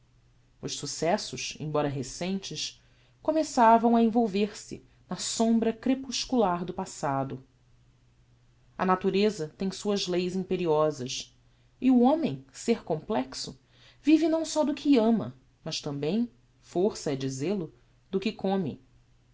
os successos embora recentes começavam a envolver se na sombra crepuscular do passado a natureza tem suas leis imperiosas e o homem ser complexo vive não só do que ama mas também fôrça é dizel-o do que come